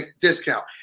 discount